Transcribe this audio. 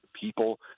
people